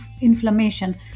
inflammation